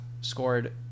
scored